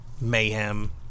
mayhem